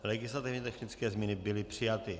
Legislativně technické změny byly přijaty.